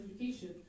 education